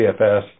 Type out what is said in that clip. CFS